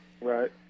right